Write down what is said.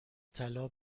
طلا